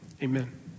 Amen